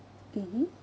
mmhmm